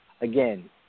again